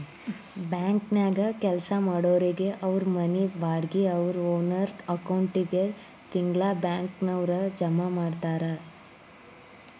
ಬ್ಯಾಂಕನ್ಯಾಗ್ ಕೆಲ್ಸಾ ಮಾಡೊರಿಗೆ ಅವ್ರ್ ಮನಿ ಬಾಡ್ಗಿ ಅವ್ರ್ ಓನರ್ ಅಕೌಂಟಿಗೆ ತಿಂಗ್ಳಾ ಬ್ಯಾಂಕ್ನವ್ರ ಜಮಾ ಮಾಡ್ತಾರ